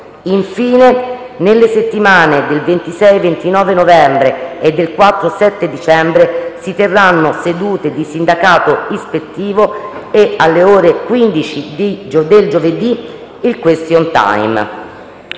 Infine, nelle settimane del 26-29 novembre e del 4-7 dicembre si terranno sedute di sindacato ispettivo e, alle ore 15 del giovedì, il question time.